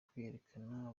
kwiyerekana